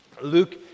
Luke